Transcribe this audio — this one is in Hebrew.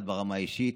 כל אחד ברמה האישית,